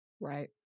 right